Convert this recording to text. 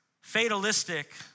fatalistic